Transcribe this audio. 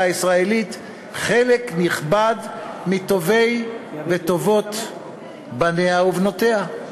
הישראלית חלק נכבד מטובי ומטובות בניה ובנותיה?